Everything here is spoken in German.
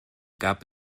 gab